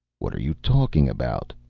what are you talking about?